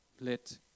Let